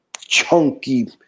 chunky